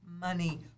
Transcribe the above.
money